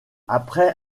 après